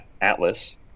Atlas